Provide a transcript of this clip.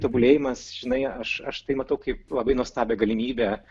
tobulėjimas žinai aš aš tai matau kaip labai nuostabią galimybę